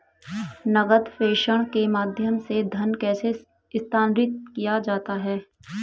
नकद प्रेषण के माध्यम से धन कैसे स्थानांतरित किया जाता है?